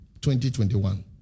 2021